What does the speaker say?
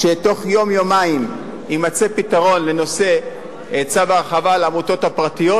שתוך יום-יומיים יימצא פתרון לנושא צו ההרחבה לעמותות הפרטיות,